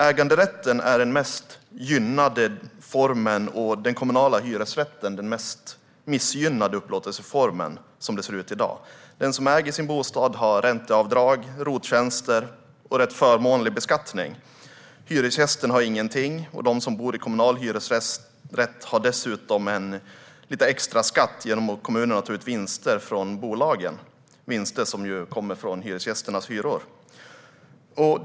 Äganderätten är den mest gynnade upplåtelseformen och den kommunala hyresrätten den mest missgynnade upplåtelseformen, som det ser ut i dag. Den som äger sin bostad har rätt till ränteavdrag och avdrag för ROT-tjänster och har en rätt förmånlig beskattning. Hyresgästen har ingenting. De som bor i kommunal hyresrätt får dessutom betala lite extra skatt genom att kommunerna tar ut vinster från bolagen - vinster som ju kommer från hyresgästernas hyror.